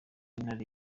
intare